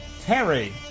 Terry